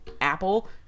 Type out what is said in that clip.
apple